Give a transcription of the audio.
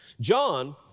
John